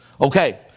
Okay